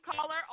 caller